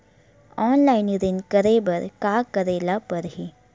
Online ऋण करे बर का करे ल पड़हि?